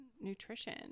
nutrition